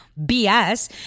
BS